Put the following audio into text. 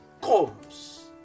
comes